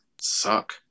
suck